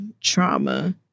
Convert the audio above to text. trauma